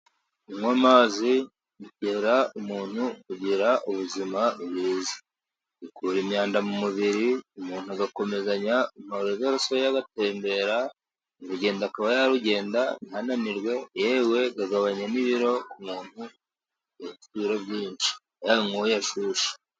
Kunywa amazi bitera umuntu kugira ubuzima bwiza, akura imyanda mu mubiri umuntu agakomezanya, amaraso ye agatembera , urugenda akaba yarugenda ntananirwe, yewe agabanya n'ibiro ku muntu ufite ibiro byinshi iyo ayanyweye ashyushye.